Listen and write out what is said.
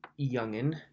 youngin